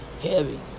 heavy